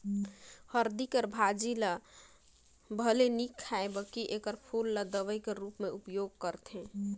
हरदी कर भाजी ल भले नी खांए बकि एकर फूल ल दवई कर रूप में उपयोग करथे